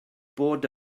bod